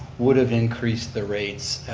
would have increased the rates,